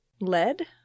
Lead